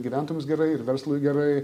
gyventojams gerai ir verslui gerai